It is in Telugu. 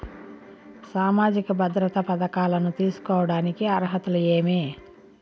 సామాజిక భద్రత పథకాలను తీసుకోడానికి అర్హతలు ఏమి?